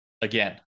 again